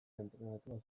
entrenatu